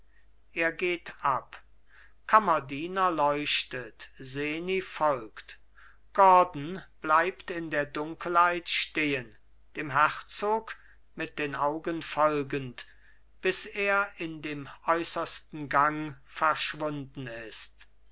er geht ab kammerdiener leuchtet seni folgt gordon bleibt in der dunkelheit stehen dem herzog mit den augen folgend bis er in dem äußersten gang verschwunden ist